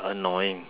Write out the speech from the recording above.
annoying